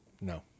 No